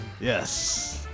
yes